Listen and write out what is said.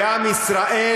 בעם ישראל.